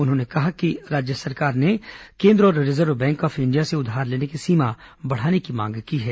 उन्होंने कहा है कि राज्य सरकार ने केन्द्र और रिजर्व बैंक ऑफ इंडिया से उधार लेने की सीमा बढ़ाने की मांग की है